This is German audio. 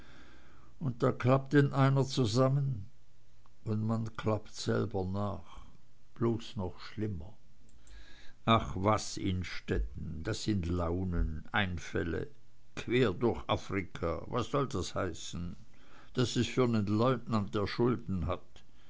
und da klappt denn einer zusammen und man klappt selber nach bloß noch schlimmer ach was innstetten das sind launen einfälle quer durch afrika was soll das heißen das ist für nen leutnant der schulden hat